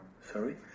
Sorry